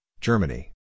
Germany